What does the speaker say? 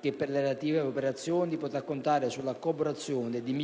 che, per le relative operazioni potrà contare sulla collaborazione di